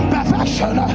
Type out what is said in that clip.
Perfection